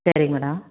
சரி மேடம்